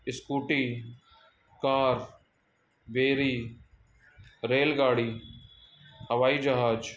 scooty car बेरी रेलगाड़ी हवाई जहाज